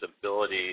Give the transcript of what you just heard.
ability